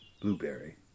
blueberry